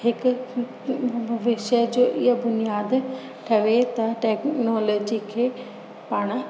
हिकु विषय जो इअं बुनियाद ठहे त टेक्नोलोजी खे पाणि